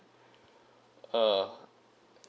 uh